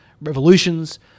revolutions